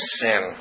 sin